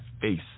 face